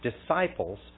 disciples